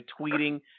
tweeting